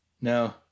No